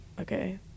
okay